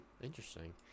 interesting